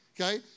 Okay